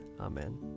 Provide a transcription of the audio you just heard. Amen